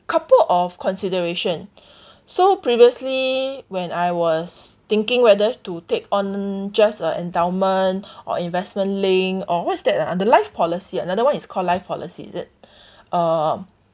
couple of consideration so previously when I was thinking whether to take on just a endowment or investment linked or what's that ah the life policy another [one] is called life policy is it um